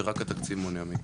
ורק התקציב מונע מאיתנו.